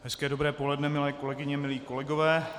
Hezké dobré poledne, milé kolegyně, milí kolegové.